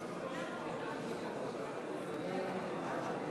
חברי הכנסת,